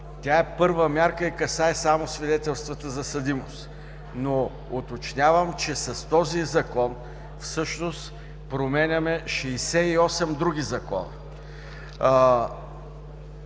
Тя е първа мярка и касае само свидетелствата за съдимост. Но уточнявам, че с този Закон всъщност променяме 68 други закона.